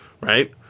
Right